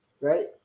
Right